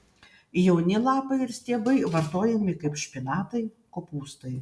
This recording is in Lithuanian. jauni lapai ir stiebai vartojami kaip špinatai kopūstai